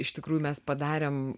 iš tikrųjų mes padarėm